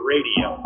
Radio